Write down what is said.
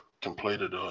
completed